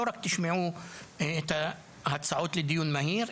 לא רק תשמעו את ההצעות לדיון מהיר,